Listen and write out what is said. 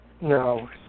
No